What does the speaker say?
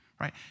right